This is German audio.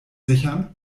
sichern